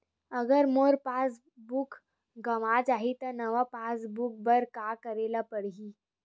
अगर मोर passbook गवां जाहि त नवा पास बुक बर का करे ल पड़हि?